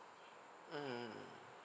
mm mm mm